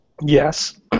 Yes